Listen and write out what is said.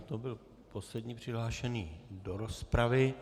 To byl poslední přihlášený do rozpravy.